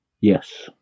Yes